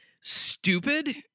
stupid